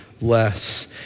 less